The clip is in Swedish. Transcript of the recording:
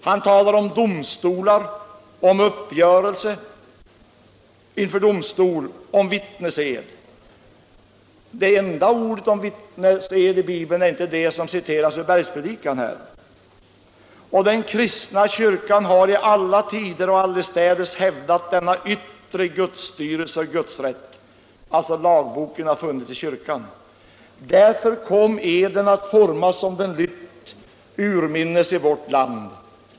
Han talar om domstolar och uppgörelser inför domstol om vittnesed. Det enda ordet i Bibeln om vittnesed är inte det som citeras ur bergspredikan. Den kristna kyrkan har i alla tider och allestädes hävdat denna yttre Gudsstyrelse och Gudsrätt. Lagboken har alltså funnits i kyrkan. Därför kom eden att formas som den lytt sedan urminnes tid i vårt land.